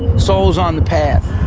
souls on the path.